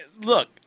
Look